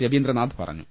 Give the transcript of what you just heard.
രവീന്ദ്രനാഥ് പറഞ്ഞു